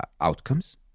outcomes